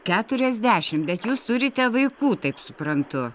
keturiasdešim bet jūs turite vaikų taip suprantu